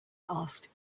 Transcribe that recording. asked